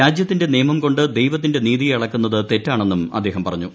രാജ്യത്തിന്റെ നിയമം കൊണ്ട് ദൈവത്തിന്റെ നീതിയെ അളക്കുന്നത് തെറ്റാണെന്നും അദ്ദേഹം പറഞ്ഞു